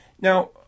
Now